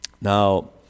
Now